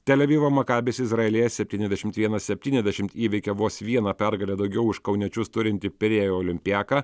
tel avivo makabis izraelyje septyniasdešimt vienas septyniasdešimt įveikė vos viena pergale daugiau už kauniečius turintį pirėjo olimpiaką